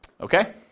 Okay